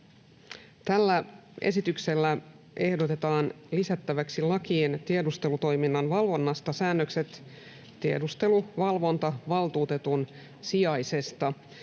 Tällä esityksellä ehdotetaan lisättäväksi lakiin tiedustelutoiminnan valvonnasta säännökset tiedusteluvalvontavaltuutetun sijaisesta,